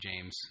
James